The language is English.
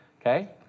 okay